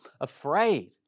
afraid